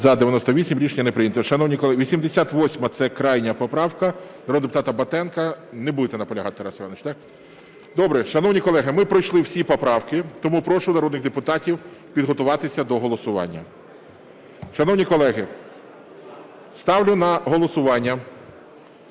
За-98 Рішення не прийнято. Шановні колеги, 88-а – це крайня поправка народного депутата Батенка. Не будете наполягати, Тарас Іванович, так? Добре. Шановні колеги, ми пройшли всі поправки, тому прошу народних депутатів підготуватися до голосування. Шановні колеги, ставлю на голосування